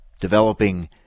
developing